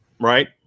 right